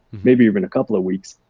maybe even a couple of weeks.